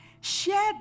share